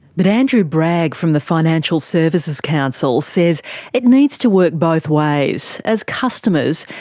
but andrew bragg from the financial services council says it needs to work both ways. as customers,